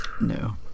No